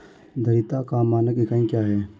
धारिता का मानक इकाई क्या है?